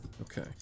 Okay